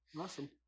Awesome